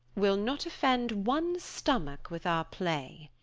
wee'l not offend one stomacke with our play.